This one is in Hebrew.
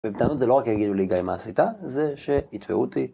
ובטענות זה לא רק יגידו לי גיא מה עשית זה שיתבעו אותי